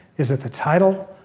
is it the title?